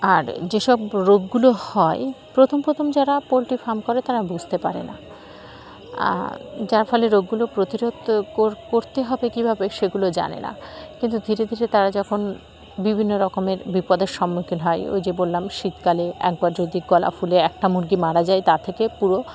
আর যেসব রোগগুলো হয় প্রথম প্রথম যারা পোলট্রি ফার্ম করে তারা বুঝতে পারে না যার ফলে রোগগুলো প্রতিরোধ করতে হবে কীভাবে সেগুলো জানে না কিন্তু ধীরে ধীরে তারা যখন বিভিন্ন রকমের বিপদের সম্মুখীন হয় ওই যে বললাম শীতকালে একবার যদি গলা ফুলে একটা মুরগি মারা যায় তা থেকে পুরো